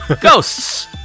Ghosts